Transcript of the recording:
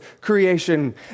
creation